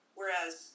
whereas